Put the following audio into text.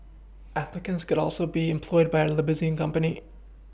applicants could also be employed by a limousine company